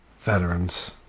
veterans